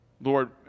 Lord